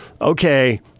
okay